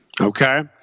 okay